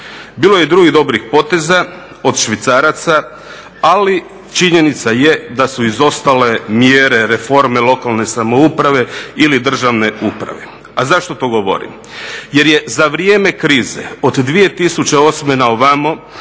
Bilo je i drugih dobrih poteza, od švicaraca ali činjenica je da su izostale mjere reforme lokalne samouprave ili državne uprave. A zašto to govorim? Jer je za vrijeme krize od 2008. na ovamo